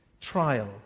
trial